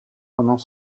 pendant